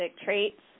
traits